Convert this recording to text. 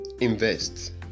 invest